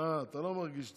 --- אה, אתה לא מרגיש טוב.